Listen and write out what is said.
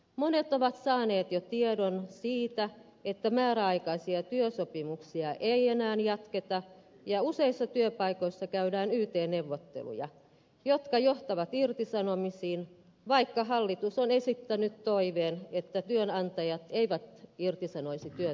monet ovat saaneet jo tiedon siitä että määräaikaisia työsopimuksia ei enää jatketa ja useissa työpaikoissa käydään yt neuvotteluja jotka johtavat irtisanomisiin vaikka hallitus on esittänyt toiveen että työnantajat eivät irtisanoisi työntekijöitään